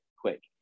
quick